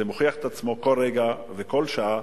זה מוכיח את עצמו כל רגע וכל שעה.